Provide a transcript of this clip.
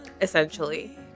essentially